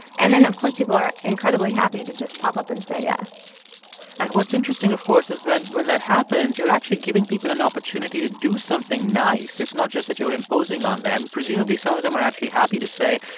and then, of course, people are incredibly happy to just pop up and say yes and what's interesting, interesting, of course, is when when that happens, you're actually giving people an opportunity to do something nice. it's not just that you're imposing on them. presumably, some of them are actually happy to say,